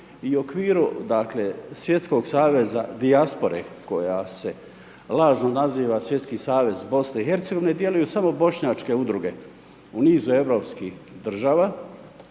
u okviru dakle, Svjetskog saveza dijaspora, koja se lažno naziva Svjetski savez BIH, djeluju samo bošnjačke udruge u nizu europskih država,